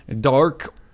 dark